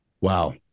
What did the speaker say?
Wow